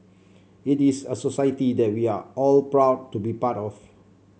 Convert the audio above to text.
it is a society that we are all proud to be a part of